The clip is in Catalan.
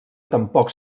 tampoc